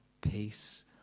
peace